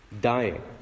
dying